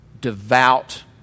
devout